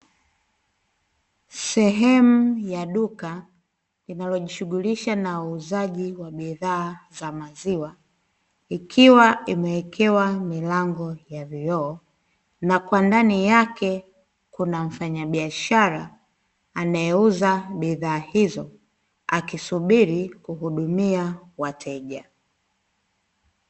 Sehemu ya duka linalojishughulisha na uuzaji wa bidhaa za maziwa, ikiwa imeekewa milango ya vioo, na kwa ndani yake kuna mfanyabiashara anaeuza bidhaa hizo akisubiri kuhudumia wateja.